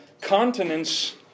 continents